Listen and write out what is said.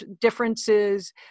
differences